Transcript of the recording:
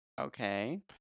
Okay